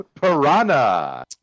Piranha